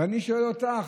אני שואל אותך,